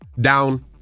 down